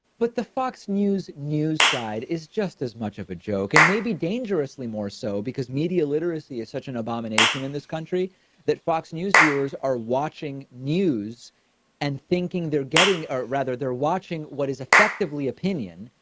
but the fox news news side is just as much of a joke and maybe dangerously more so because media literacy is such an abomination in this country that fox news viewers are watching news and thinking they're getting or rather they're watching what is effectively opinion,